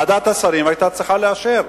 ועדת השרים היתה צריכה לאשר.